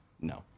no